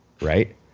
right